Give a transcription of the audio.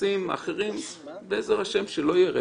נכנסים ולגבי השאר בעזר השם שלא יהיה רצח.